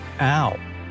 Ow